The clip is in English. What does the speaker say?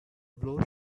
blow